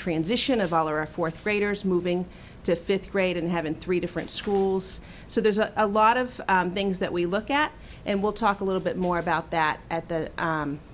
transition of all or a fourth graders moving to fifth grade and having three different schools so there's a lot of things that we look at and we'll talk a little bit more about that at the